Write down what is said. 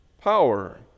power